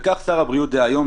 ושר הבריאות דהיום,